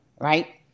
right